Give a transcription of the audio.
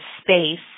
space